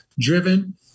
driven